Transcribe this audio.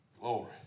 Glory